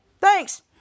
thanks